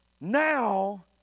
now